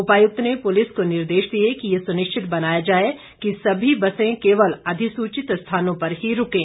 उपायुक्त ने पुलिस को निर्देश दिए कि यह सुनिश्चित बनाया जाए कि सभी बसें केवल अधिसूचित स्थानों पर ही रूकें